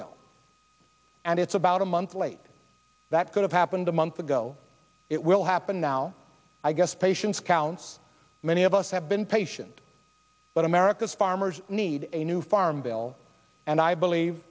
bill and it's about a month late that could have happened a month ago it will happen now i guess patients counts many of us have been patient america's farmers need a new farm bill and i believe